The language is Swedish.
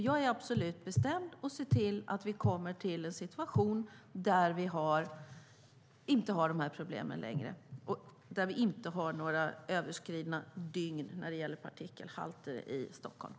Jag är absolut bestämd när det gäller att se till att vi kommer fram till en situation då vi inte har de här problemen längre och att vi inte har några överskridna dygn när det gäller partikelhalter i Stockholm.